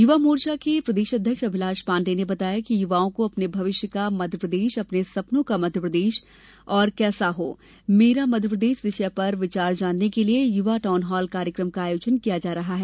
युवा मोर्चा के प्रदेश अध्यक्ष अभिलाष पाण्डे ने बताया कि युवाओं को अपने भविष्य का मध्यप्रदेश अपने सपनो का मध्यप्रदेश और कैसा हो मेरा मध्यप्रदेश विषय पर विचार जानने के लिए यूवा टाउन हाल कार्यकम का आयोजन किया जा रहा है